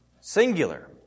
Singular